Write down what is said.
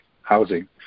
housing